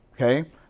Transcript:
okay